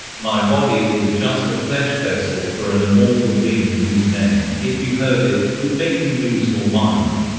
my body is just a flesh vessel for an immortal being whose name, if you heard it, would make you lose your mind.